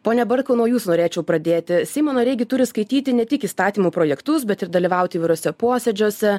pone bartkau nuo jūsų norėčiau pradėti seimo nariai gi turi skaityti ne tik įstatymų projektus bet ir dalyvauti įvairiuose posėdžiuose